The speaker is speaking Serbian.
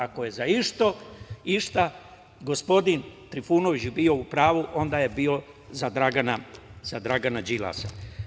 Ako je za išta gospodin Trifunović bio u pravu, onda je bio za Dragana Đilasa.